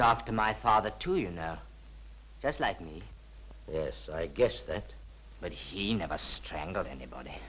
up to my father too you know that's like me yes i guess that but he never strangled anybody